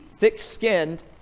Thick-skinned